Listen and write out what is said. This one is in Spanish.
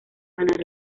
ganar